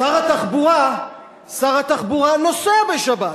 שר התחבורה נוסע בשבת,